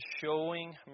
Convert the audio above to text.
showing